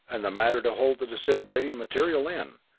and the matter to hold the disintegrating material in.